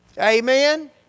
Amen